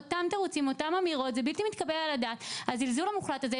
את הזלזול הזה,